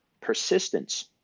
persistence